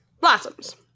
Blossoms